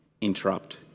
interrupt